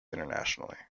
internationally